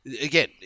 Again